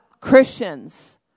Christians